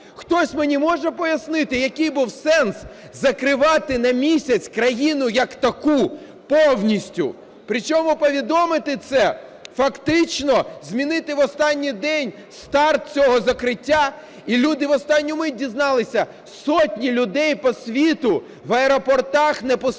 Хтось мені може пояснити, який був сенс закривати на місяць країну як таку повністю? Причому повідомити це, фактично змінити в останній день старт цього закриття, і люди в останню мить дізналися, сотні людей по світу в аеропортах не пускали